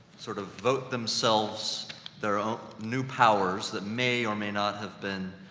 sort of vote themselves their own, new powers that may or may not have been,